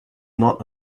not